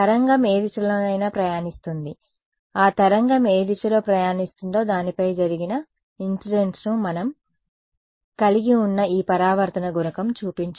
తరంగం ఏ దిశలోనైనా ప్రయాణిస్తుంది ఆ తరంగం ఏ దిశలో ప్రయాణిస్తుందో దానిపై జరిగిన ఇన్సిడెంట్ మనం కలిగి ఉన్న ఈ పరావర్తన గుణకం చూపించాము